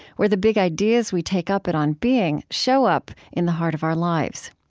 where the big ideas we take up at on being show up in the heart of our lives.